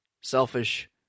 selfish